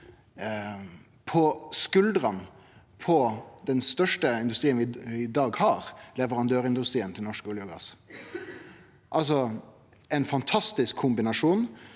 på skuldrene til den største industrien vi i dag har – leverandørindustrien til norsk olje og gass. Det er ein fantastisk kombinasjon